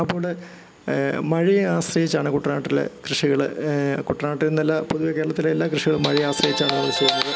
അപ്പോള് മഴയെ ആശ്രയിച്ചാണ് കുട്ടനാട്ടിലെ കൃഷികള് കുട്ടനാട്ടീന്നല്ല പൊതുവേ കേരളത്തിലെ എല്ലാ കൃഷികളും മഴയെ ആശ്രയിച്ചാണ് ചെയ്യുന്നത്